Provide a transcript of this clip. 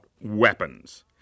weapons